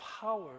power